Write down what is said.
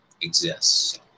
exists